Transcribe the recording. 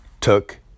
took